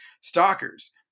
Stalkers